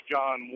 John